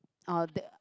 oh that